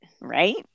Right